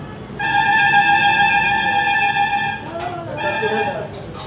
एकल उर्वरक ओकरा कहल जाइ छै, जे गाछ कें एकमात्र पोषक तत्व दै छै